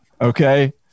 Okay